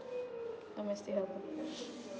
I might stay at home